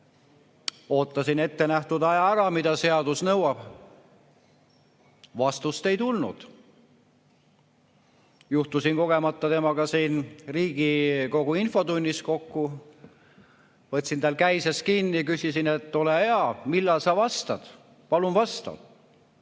Ootasin ettenähtud aja, mida seadus nõuab. Vastust ei tulnud. Juhtusin kogemata temaga siin Riigikogu infotunnis kokku. Võtsin tal käisest kinni ja küsisin, et ole hea, millal sa vastad, palun vasta.